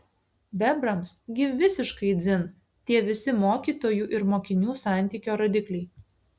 bebrams gi visiškai dzin tie visi mokytojų ir mokinių santykio rodikliai